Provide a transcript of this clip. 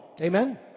Amen